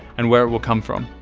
and where it will come from.